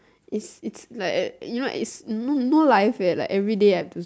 is it's like a you know it's no no life eh like everyday I have to